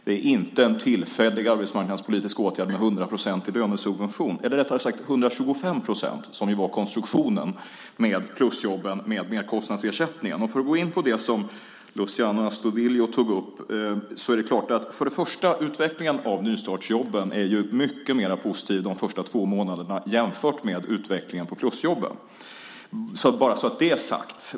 Det är inte en tillfällig arbetsmarknadspolitisk åtgärd med 100 procent i lönesubvention, eller rättare sagt 125 procent, som ju var konstruktionen med plusjobben med merkostnadsersättningen. För att gå in på det som Luciano Astudillo tog upp: För det första är utvecklingen av nystartsjobben mycket mer positiv de första två månaderna jämfört med utvecklingen av plusjobben, bara så att det blir sagt.